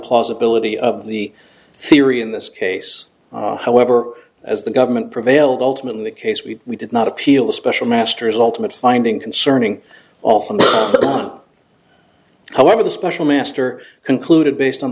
plausibility of the theory in this case however as the government prevailed ultimately the case we we did not appeal the special masters ultimate finding concerning often however the special master concluded based on